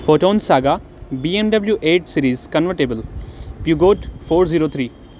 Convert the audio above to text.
photon saga B M W eight series convertible Peugeot four zero three